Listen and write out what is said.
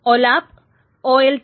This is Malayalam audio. OLAP OLTP